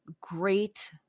great